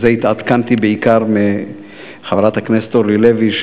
ובזה התעדכנתי בעיקר מחברת הכנסת אורלי לוי,